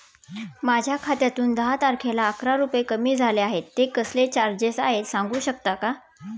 माझ्या खात्यातून दहा तारखेला अकरा रुपये कमी झाले आहेत ते कसले चार्जेस आहेत सांगू शकता का?